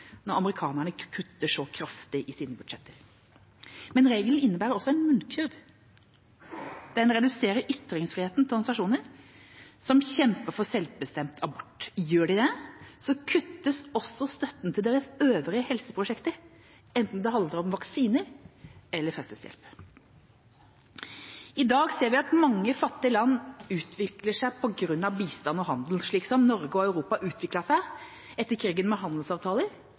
når amerikanerne kutter så kraftig i sine budsjetter. Men regelen innebærer også en munnkurv. Den reduserer ytringsfriheten til organisasjoner som kjemper for selvbestemt abort. Gjør de det, kuttes også støtten til deres øvrige helseprosjekter, enten det handler om vaksiner eller fødselshjelp. I dag ser vi at mange fattige land utvikler seg på grunn av bistand og handel, slik som Norge og Europa utviklet seg etter krigen, med handelsavtaler